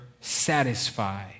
satisfy